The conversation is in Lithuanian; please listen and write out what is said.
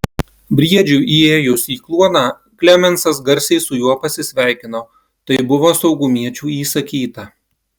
briedžiui įėjus į kluoną klemensas garsiai su juo pasisveikino taip buvo saugumiečių įsakyta